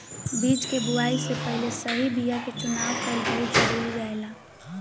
बीज के बोआई से पहिले सही बीया के चुनाव कईल बहुत जरूरी रहेला